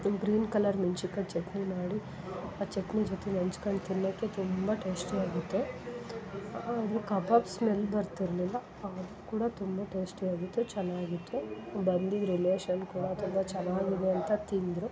green colour ಮೆಣ್ಸಿನ್ಕಾಯ್ ಚಟ್ನಿ ಮಾಡಿ ಆ ಚಟ್ನಿ ಜೊತೆ ನೆಂಚ್ಕಂಡು ತಿನ್ನೋಕ್ಕೆ ತುಂಬ ಟೇಸ್ಟಿಯಾಗಿತ್ತು ಆದರೂ ಕಬಾಬ್ ಸ್ಮೆಲ್ ಬರ್ತಿರಲಿಲ್ಲ ಆದ್ರೂ ಕೂಡ ತುಂಬ ಟೇಸ್ಟಿಯಾಗಿತ್ತು ಚೆನ್ನಾಗಿತ್ತು ಬಂದಿದ್ದ ರಿಲೇಶನ್ ಕೂಡ ತುಂಬ ಚೆನ್ನಾಗಿದೆ ಅಂತ ತಿಂದರು